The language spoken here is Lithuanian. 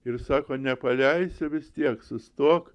ir sako nepaleisi vis tiek sustok